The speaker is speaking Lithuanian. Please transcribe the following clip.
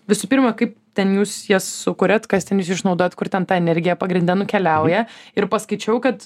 visų pirma kaip ten jūs jas sukuriat kas ten jūs išnaudojat kur ten ta energija pagrinde nukeliauja ir paskaičiau kad